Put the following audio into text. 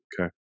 Okay